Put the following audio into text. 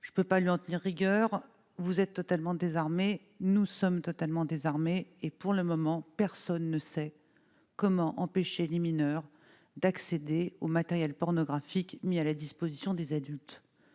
je ne peux pas lui en tenir rigueur, vous êtes totalement nous sommes totalement désarmés et pour le moment personne ne sait comment empêcher les mineurs d'accéder au matériel pornographique mis à la disposition des adultes,